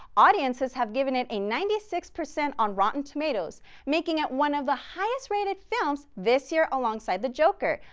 audiences have given it a ninety six percent on rotten tomatoes making it one of the highest rated films this year alongside the joker.